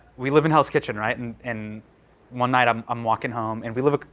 we live in hell's kitchen, right? and and. one night, i'm um walking home. and we live.